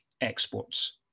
exports